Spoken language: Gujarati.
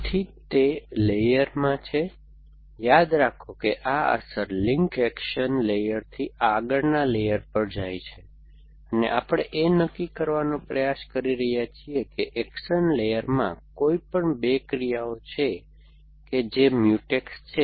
તેથી તે લેયરમાં છે યાદ રાખો કે આ અસર લિંક્સ એક્શન લેયરથી આગળના લેયર પર જાય છે અને આપણે એ નક્કી કરવાનો પ્રયાસ કરી રહ્યા છીએ કે એક્શન લેયરમાં કોઈપણ 2 ક્રિયાઓ છે કે જે મ્યુટેક્સ છે